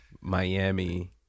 Miami